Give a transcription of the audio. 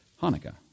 Hanukkah